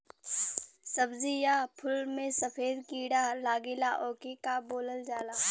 सब्ज़ी या फुल में सफेद कीड़ा लगेला ओके का बोलल जाला?